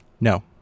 No